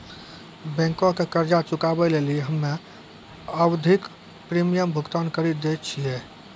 बैंको के कर्जा चुकाबै लेली हम्मे आवधिक प्रीमियम भुगतान करि दै छिये